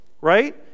right